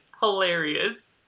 hilarious